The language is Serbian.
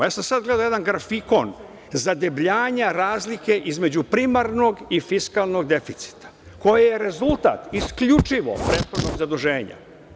Ja sam sad gledao jedan grafikon zadebljanja razlike između primarnog i fiskalnog deficita, koji je rezultat isključivo prethodnog zaduženja.